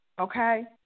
okay